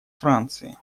франции